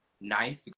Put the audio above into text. ninth